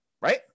right